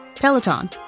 Peloton